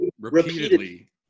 Repeatedly